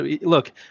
look